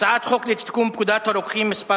הצעת חוק לתיקון פקודת הרוקחים (מס'